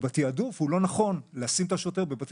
ובתעדוף לא נכון לשים את השוטר בבית